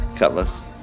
Cutlass